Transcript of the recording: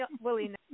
Willie